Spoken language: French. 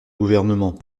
gouvernement